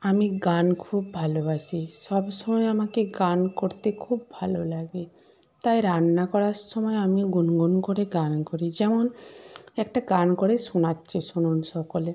আমি গান খুব ভালোবাসি সব সময় আমাকে গান করতে খুব ভালো লাগে তাই রান্না করার সময় আমি গুনগুন করে গান করি যেমন একটা গান করে শোনাচ্ছি শুনুন সকলে